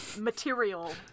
material